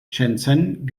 shenzhen